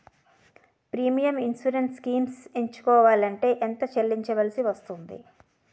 Premium insurance schemes ఎంచుకోవలంటే ఎంత చల్లించాల్సివస్తుంది??